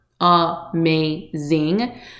amazing